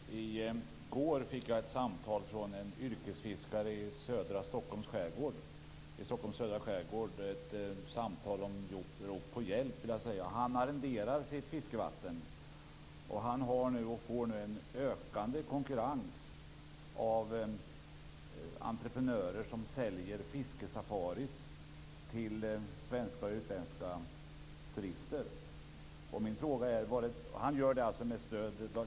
Fru talman! I går fick jag ett samtal från en yrkesfiskare i Stockholms södra skärgård. Det samtalet var, skulle jag vilja säga, ett rop på hjälp. Den här yrkesfiskaren arrenderar sitt fiskevatten och har nu, och kommer att få, en ökande konkurrens från entreprenörer som säljer fiskesafarier till svenska och utländska turister.